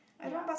ya